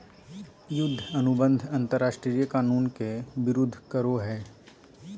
युद्ध अनुबंध अंतरराष्ट्रीय कानून के विरूद्ध करो हइ